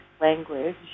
language